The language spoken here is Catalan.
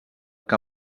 que